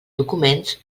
documents